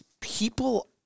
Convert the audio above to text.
people